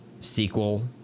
sequel